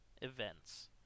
events